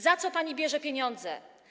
Za co pani bierze pieniądze?